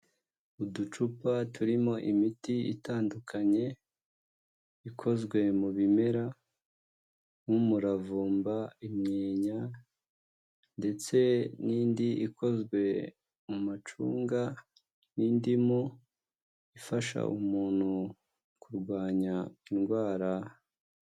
Uducupa turimo imiti itandukanye ikozwe mu bimera nk'umuravumba, imyenya ndetse n'indi ikozwe mu macunga n'indimu ifasha umuntu kurwanya indwara.